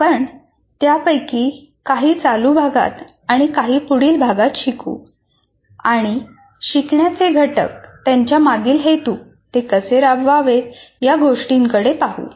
आपण त्यापैकी काही चालू भागात आणि काही पुढील भागात शिकू आणि शिकण्याचे घटक त्यांच्या मागील हेतू ते कसे राबवावेत या बाबींकडे पाहू